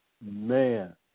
man